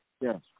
Yes